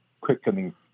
quickening